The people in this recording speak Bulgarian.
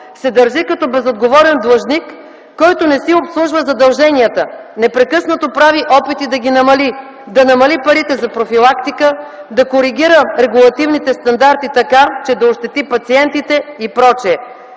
се държи като безотговорен длъжник, който не си обслужва задълженията, непрекъснато прави опити да ги намали – да намали парите за профилактика, да коригира регулативните стандарти така, че да ощети пациентите и прочее.